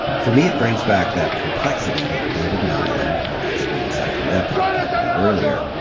for me it brings back that complexity that david nylund, our expert in sacramento, talked about earlier.